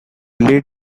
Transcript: lead